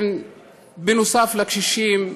בנוסף לקשישים,